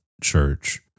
church